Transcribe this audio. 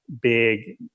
big